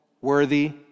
worthy